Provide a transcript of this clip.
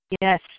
Yes